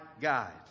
guide